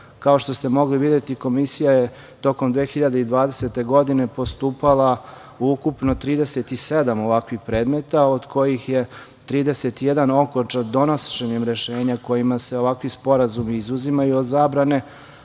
što ste mogli videti, Komisija je tokom 2020. godine postupala u ukupno 37 ovakvih predmeta, od kojih je 31 okončan donošenjem rešenja kojima se ovakvi sporazumi izuzimaju od zabrane,